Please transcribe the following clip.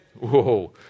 whoa